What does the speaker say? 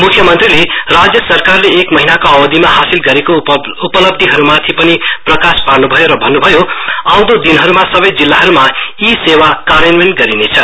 म्ख्यमन्त्रीले राज्य सरकारले एक महीनाको अवधिमा हासिल गरेको उपलब्धिहरू बारे पनि जानकारी दिन् भयो र भन्न्भयो आउँदो दिनहरूमा सबै जिल्लाहरूमा ई सेवा कार्यान्वयन गरिनेछ